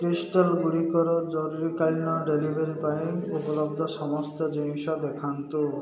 କ୍ରିଷ୍ଟାଲ୍ଗୁଡ଼ିକର ଜରୁରୀକାଳୀନ ଡେଲିଭରି ପାଇଁ ଉପଲବ୍ଧ ସମସ୍ତ ଜିନିଷ ଦେଖାନ୍ତୁ